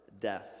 death